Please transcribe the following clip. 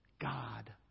god